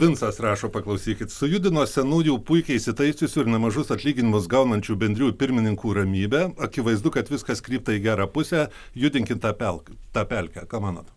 vincas rašo paklausykit sujudino senųjų puikiai įsitaisiusių ir nemažus atlyginimus gaunančių bendrijų pirmininkų ramybę akivaizdu kad viskas krypta į gerą pusę judinkit tą pelk tą pelkę ką manot